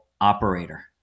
operator